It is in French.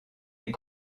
est